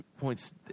points